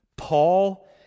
Paul